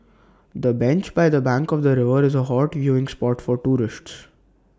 the bench by the bank of the river is A hot viewing spot for tourists